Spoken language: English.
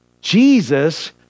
Jesus